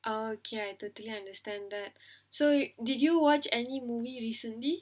okay I totally understand that so did you watch any movie recently